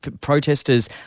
protesters